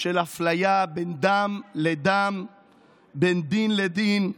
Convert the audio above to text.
של אפליה בין דם לדם, בין דין לדין,